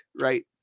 right